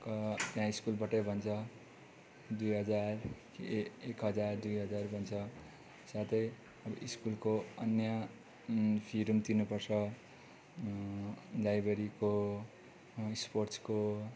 त्यहाँ स्कुलबाटै भन्छ दुई हजार ए एक हजार दुई हजार भन्छ साथै अब स्कुलको अन्य फीहरू पनि तिर्नुपर्छ लाइब्रेरीको स्पोर्ट्सको